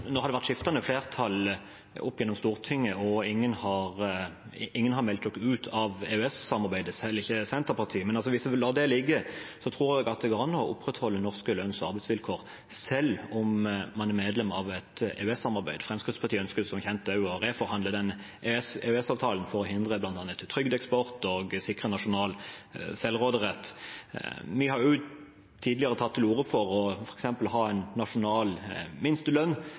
skiftende flertall opp igjennom i Stortinget, og ingen har meldt oss ut av EØS-samarbeidet, selv ikke Senterpartiet. Hvis vi lar det ligge, tror jeg det går an å opprettholde norske lønns- og arbeidsvilkår, selv om man er medlem av et EØS-samarbeid. Fremskrittspartiet ønsker som kjent å reforhandle den EØS-avtalen, for bl.a. å hindre trygdeeksport og sikre nasjonal selvråderett. Vi har tidligere tatt til orde for f.eks. å ha en nasjonal minstelønn,